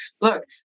look